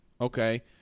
Okay